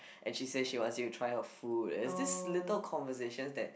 and she says she wants you to try her food it's this little conversation that